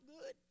good